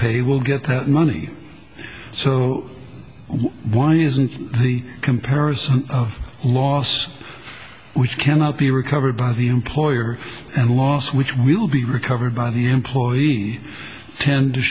pay will get the money so why isn't the comparison laws which cannot be recovered by the employer and loss which will be recovered by the employee tend to